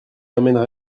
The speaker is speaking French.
emmènerai